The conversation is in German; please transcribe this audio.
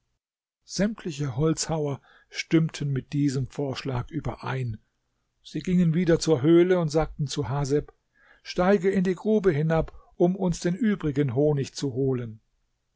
sämtliche holzhauer stimmten mit diesem vorschlag überein sie gingen wieder zur höhle und sagten zu haseb steige in die grube hinab um uns den übrigen honig zu holen